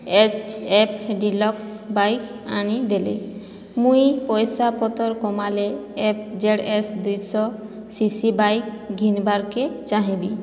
HF deluxe bike ଆଣିଦେଲେ ମୁଁ ପଇସା ପତ୍ର କମାଇଲେ ଏଫ୍ଜେଡ୍ଏସ୍ ଦୁଇଶହ ସିସି ବାଇକ୍ ଘିନ୍ବାରକୁ ଚାହିଁବି